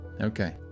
okay